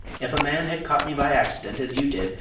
if a man had caught me by accident, as you did,